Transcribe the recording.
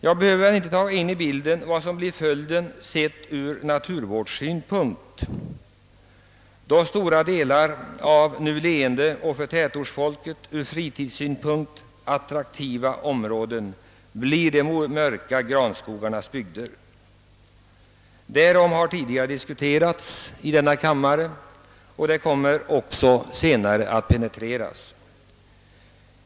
Jag behöver inte beröra vad som blir följden sett ur naturvårdssynpunkt, då stora delar av nu leende och för tätortsbefolkningen ur fritidssynpunkt attraktiva områden blir de mörka granskogarnas bygder. Därom har tidigare diskuterats i denna kammare och denna fråga kommer också att senare penetreras.